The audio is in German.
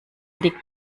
liegt